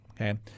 Okay